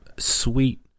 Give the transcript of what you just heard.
sweet